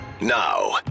now